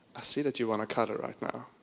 i see that you wanna cuddle right now,